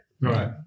Right